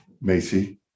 Macy